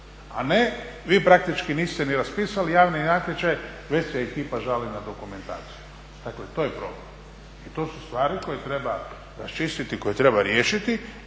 a ne vi praktički niste ni raspisali javni natječaj već se ekipa žali na dokumentaciju. Dakle, to je problem i to su stvari koje treba raščistiti i koje treba riješiti.